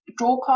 drawcard